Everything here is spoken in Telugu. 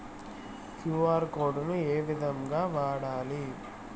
క్యు.ఆర్ కోడ్ ను ఏ విధంగా వాడాలి?